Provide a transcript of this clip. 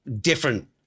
different